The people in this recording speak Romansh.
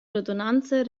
radunanza